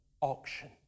auction